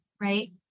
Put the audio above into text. right